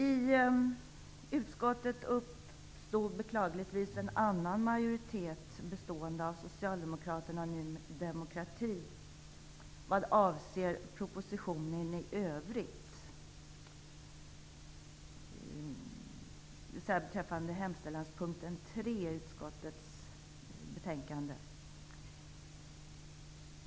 I utskottet uppstod beklagligtvis en annan majoritet bestående av Socialdemokraterna och Ny demokrati vad avser propositionen i övrigt. Det gäller hemställanspunkten 3 i utskottets betänkande.